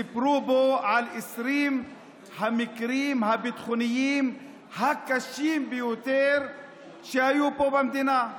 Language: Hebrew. וסיפרו בו על 20 המקרים הביטחוניים הקשים ביותר שהיו פה במדינה.